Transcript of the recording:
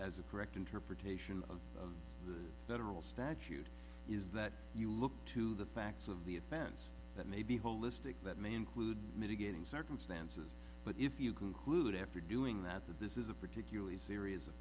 as a correct interpretation of the federal statute is that you look to the facts of the offense that may be holistic that may include mitigating circumstances but if you conclude after doing that that this is a particularly serious of